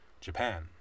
Japan